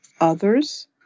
others